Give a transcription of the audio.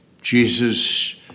Jesus